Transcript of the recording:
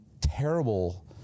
terrible